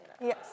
yes